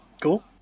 Cool